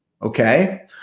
Okay